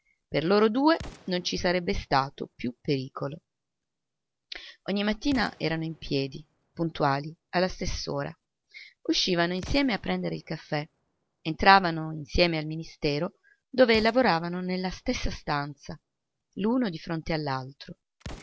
per loro due non ci sarebbe stato più pericolo ogni mattina erano in piedi puntuali alla stess'ora uscivano insieme a prendere il caffè entravano insieme al ministero dove lavoravano nella stessa stanza l'uno di fronte